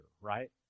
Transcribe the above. right